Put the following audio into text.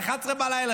23:00,